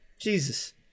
Jesus